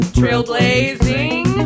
trailblazing